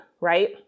right